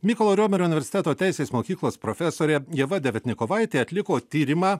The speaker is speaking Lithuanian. mykolo riomerio universiteto teisės mokyklos profesorė ieva deviatnikovaitė atliko tyrimą